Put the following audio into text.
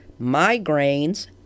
migraines